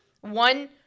one